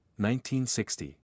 1960